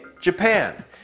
Japan